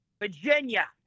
Virginia